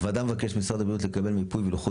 ז' הוועדה ממבקשת ממשרד הבריאות לקבל מיפוי ולוחות